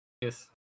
Yes